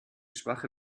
schwache